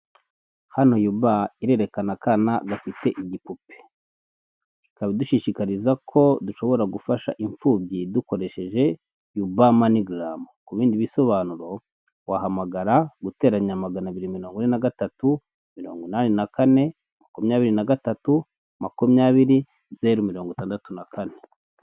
Hano yuba irerekana akana gafite igipupe ikaba idushishikariza ko dushobora gufasha imfubyi dukoresheje yuba mayigarama ku bindi bisobanuro wahamagara guteranya magana abiri mirongo ine nagatatu mirongo inani na kane makumyabiri na gatatu makumyabiri zeru mirongo itandatu na kane.